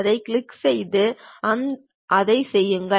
அதைக் கிளிக் செய்து அதைச் செய்யுங்கள்